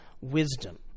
wisdom